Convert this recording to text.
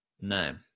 No